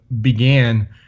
began